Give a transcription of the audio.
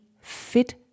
fit